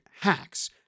hacks